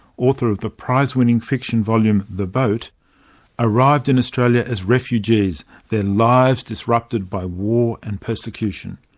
author of the prizewinning fiction volume the boat arrived in australia as refugees, their lives disrupted by war and persecution.